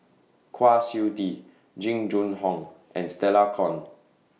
Kwa Siew Tee Jing Jun Hong and Stella Kon